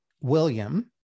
William